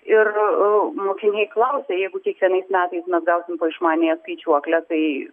ir mokiniai klausia jeigu kiekvienais metais mes gausim po išmaniąją skaičiuoklę tai